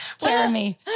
Jeremy